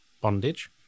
bondage